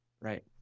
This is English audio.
right